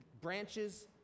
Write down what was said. branches